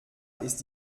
ist